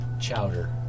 chowder